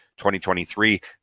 2023